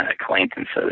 acquaintances